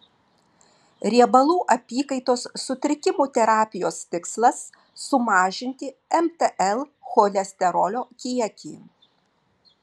riebalų apykaitos sutrikimų terapijos tikslas sumažinti mtl cholesterolio kiekį